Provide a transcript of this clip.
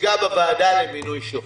לוועדה למינוי שופטים,